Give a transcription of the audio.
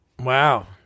Wow